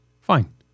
Fine